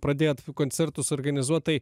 pradėjot koncertus organizuot tai